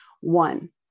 One